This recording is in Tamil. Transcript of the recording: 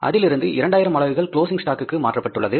அதிலிருந்து 2000 அலகுகள் க்லோசிங் ஸ்டாக்குக்காக மாற்றப்பட்டுள்ளது